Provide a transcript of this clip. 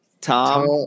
tom